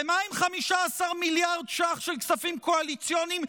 ומה עם 15 מיליארד ש"ח של כספים קואליציוניים,